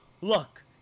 Look